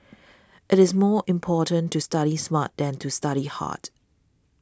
it is more important to study smart than to study hard